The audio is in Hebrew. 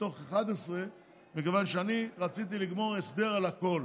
מתוך 11, מכיוון שאני רציתי לגמור הסדר על הכול,